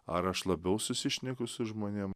ar aš labiau susišneku su žmonėm